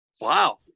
Wow